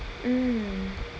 mm